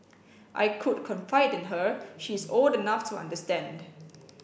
I could confide in her she is old enough to understand